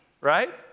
right